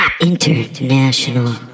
international